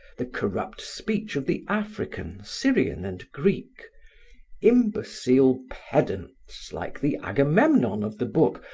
the corrupt speech of the african, syrian and greek imbecile pedants, like the agamemnon of the book,